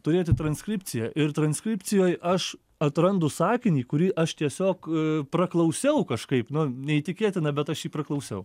turėti transkripciją ir transkripcijoj aš atrandu sakinį kurį aš tiesiog praklausiau kažkaip nu neįtikėtina bet aš jį paklausiau